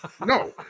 No